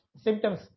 symptoms